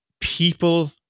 people